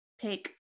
pick